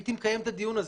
הייתי מקיים את הדיון הזה,